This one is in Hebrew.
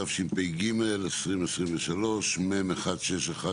התשפ"ג-2023, מ/1612.